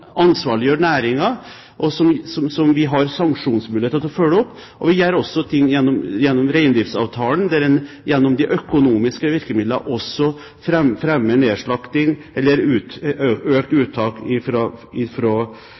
ansvarliggjør næringen, og som gir oss sanksjonsmuligheter med hensyn til å følge den opp, og gjennom reindriftsavtalen, der en gjennom de økonomiske virkemidlene fremmer nedslakting eller økt